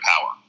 power